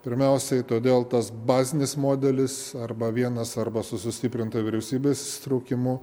pirmiausiai todėl tas bazinis modelis arba vienas arba su sustiprintu vyriausybės įtraukimu